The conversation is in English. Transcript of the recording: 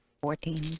Fourteen